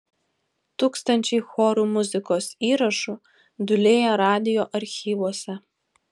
tūkstančiai chorų muzikos įrašų dūlėja radijo archyvuose